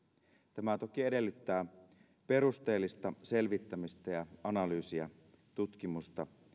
tämä toki edellyttää perusteellista selvittämistä ja analyysiä tutkimusta